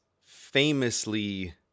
famously